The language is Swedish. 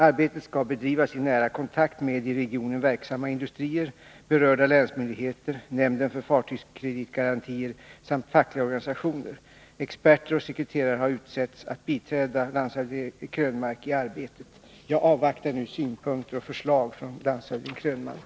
Arbetet skall bedrivas i nära kontakt med i regionen verksamma industrier, berörda länsmyndigheter, nämnden för fartygskreditgarantier samt fackliga organisationer. Experter och sekreterare har utsetts att biträda landshövding Eric Krönmark i arbetet. Jag avvaktar nu synpunkter och förslag från landshövding Krönmark.